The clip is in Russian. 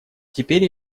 теперь